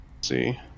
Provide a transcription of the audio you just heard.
See